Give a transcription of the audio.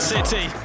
City